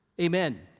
Amen